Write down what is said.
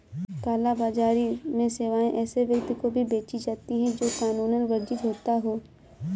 काला बाजारी में सेवाएं ऐसे व्यक्ति को भी बेची जाती है, जो कानूनन वर्जित होता हो